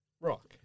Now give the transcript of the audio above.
rock